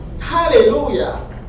hallelujah